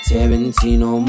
Tarantino